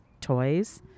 toys